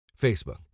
Facebook